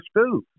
school